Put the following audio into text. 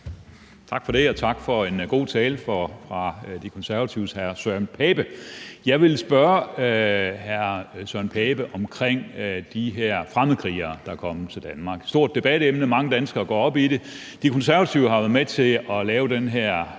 Tak for det, og tak for en god tale fra De Konservatives hr. Søren Pape Poulsen. Jeg vil spørge hr. Søren Pape Poulsen om de her fremmedkrigere, der er kommet til Danmark. Det er et stort debatemne, og mange danskere går op i det. De Konservative har været med til at lave det her